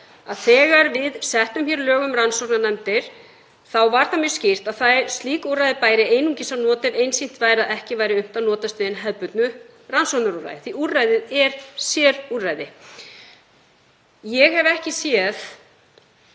þegar við settum lög um rannsóknarnefndir var það mjög skýrt að slík úrræði bæri einungis að nota ef einsýnt væri að ekki væri unnt að notast við hin hefðbundnu rannsóknarúrræði, því að úrræðið er sérúrræði. Ég hef ekki séð